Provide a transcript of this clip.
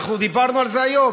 אנחנו דיברנו על זה היום.